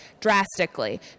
drastically